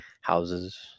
houses